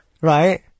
Right